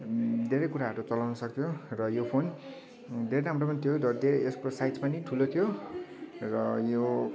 धेरै कुराहरू चलाउन सक्छौँ र यो फोन धेरै राम्रो पनि थियो र यसको साइज पनि ठुलो थियो र यो